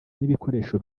n’ibikoresho